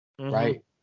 right